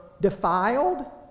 defiled